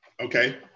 Okay